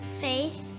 Faith